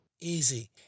Easy